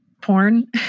porn